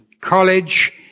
college